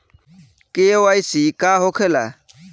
KYC का होखेला?